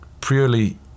purely